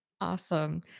Awesome